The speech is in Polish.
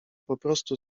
poprostu